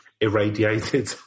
Irradiated